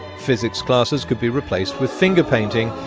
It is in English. physics classes could be replaced with finger-painting,